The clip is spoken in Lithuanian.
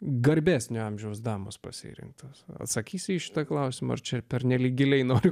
garbesnio amžiaus damos pasirinkta atsakysiu į šitą klausimą ar čia pernelyg giliai noriu